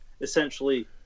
essentially